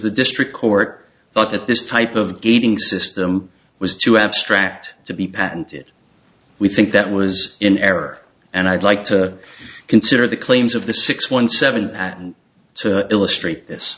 the district court thought that this type of getting system was too abstract to be patented we think that was in error and i'd like to consider the claims of the six one seven patent to illustrate